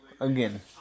again